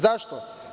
Zašto?